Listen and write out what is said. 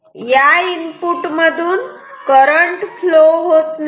या इनपुट मधून current flow होत नाही